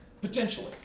potentially